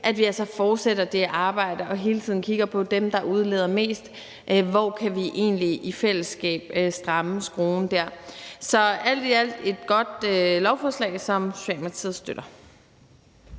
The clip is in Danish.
at vi fortsætter det arbejde og hele tiden kigger på dem, der udleder mest. Hvor kan vi egentlig i fællesskab stramme skruen? Så alt i alt er det et godt lovforslag, som Socialdemokratiet støtter.